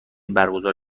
برگزار